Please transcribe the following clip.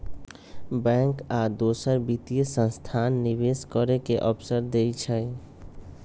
bank आ दोसर वित्तीय संस्थान निवेश करे के अवसर देई छई